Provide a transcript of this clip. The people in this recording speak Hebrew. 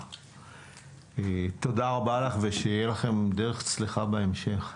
תודה רבה ושיהיה לכם בהצלחה בהמשך,